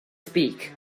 speak